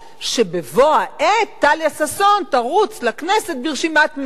שבבוא העת טליה ששון תרוץ לכנסת ברשימת מרצ.